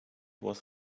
was